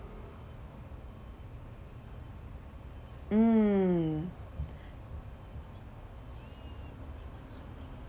mm